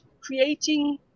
creating